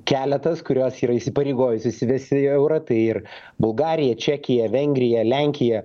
keletas kurios yra įsipareigojusios įsivesti eurą tai ir bulgarija čekija vengrija lenkija